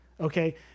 Okay